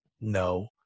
no